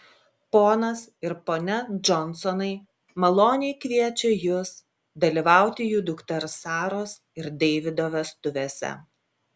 ponas ir ponia džonsonai maloniai kviečia jus dalyvauti jų dukters saros ir deivido vestuvėse